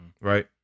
right